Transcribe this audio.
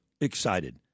excited